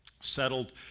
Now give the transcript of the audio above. settled